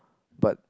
but